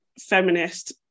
feminist